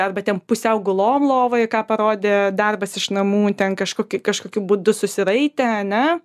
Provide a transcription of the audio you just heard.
arba ten pusiau gulom lovoj ką parodė darbas iš namų ten kažkokį kažkokiu būdu susiraitę ane